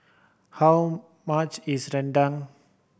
how much is rendang